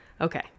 Okay